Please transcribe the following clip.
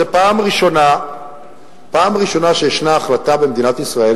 זו פעם ראשונה שיש החלטה במדינת ישראל,